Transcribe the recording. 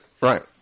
Right